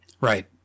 Right